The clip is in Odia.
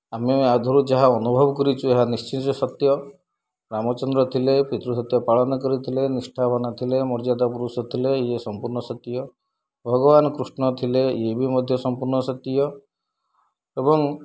ଆମେ ଆଦେହରୁ ଯାହା ଅନୁଭବ କରିଛୁ ଏହା ନିଶ୍ଚିତ ସତ୍ୟ ରାମଚନ୍ଦ୍ର ଥିଲେ ପିତୃସତ୍ୟ ପାଳନ କରିଥିଲେ ନିଷ୍ଠାବାନ ଥିଲେ ମର୍ଯ୍ୟାଦା ପୁରୁଷ ଥିଲେ ଇଏ ସମ୍ପୂର୍ଣ୍ଣ ସତ୍ୟ ଭଗବାନ କୃଷ୍ଣ ଥିଲେ ଇଏ ବି ମଧ୍ୟ ସମ୍ପୂର୍ଣ୍ଣ ସତ୍ୟ ଏବଂ